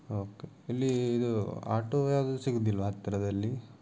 okay ಇಲ್ಲಿ ಇದು auto ಯಾವುದೂ ಸಿಗುದಿಲ್ವ ಹತ್ತಿರದಲ್ಲಿ